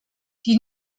die